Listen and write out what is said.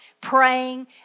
praying